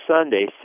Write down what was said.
Sunday